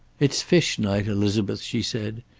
it's fish night, elizabeth, she said.